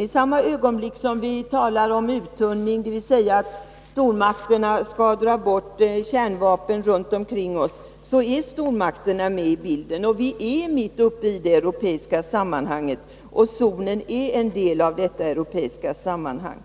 I samma ögonblick som vi talar om uttunning, dvs. att stormakterna skall dra bort kärnvapnen runt omkring oss, är stormakterna med i bilden. Vi är mitt uppe i det europeiska sammanhanget, och zonen är en del av detta europeiska sammanhang.